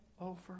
over